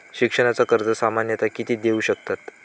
शिक्षणाचा कर्ज सामन्यता किती देऊ शकतत?